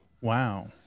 wow